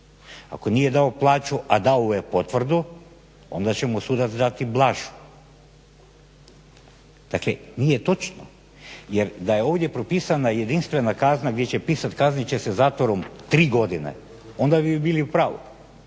ako nije dao plaču a dao je potvrdu onda će mu sudac dati blažu. Dakle nije točno jer da je ovdje propisana jedinstvena kazna gdje će pisati kaznit će se zatvorom tri godine, onda bi bili u pravu.